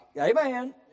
Amen